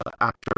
actor